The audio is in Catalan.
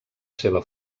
seva